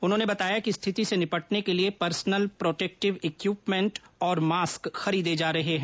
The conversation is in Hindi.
उन्होंने बताया कि स्थिति से निपटने के लिए पर्सनल प्रोटेक्टिव इक्यूपमेंट और मास्क खरीदे जा रहे हैं